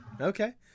Okay